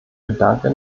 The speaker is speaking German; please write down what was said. bedanke